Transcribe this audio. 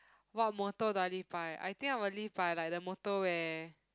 what motto do I live by I think I will live by like the motto where